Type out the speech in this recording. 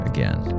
Again